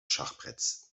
schachbretts